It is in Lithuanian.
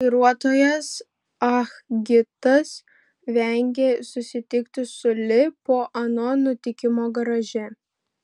vairuotojas ah gitas vengė susitikti su li po ano nutikimo garaže